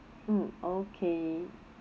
mm okay